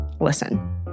Listen